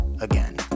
again